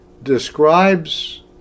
Describes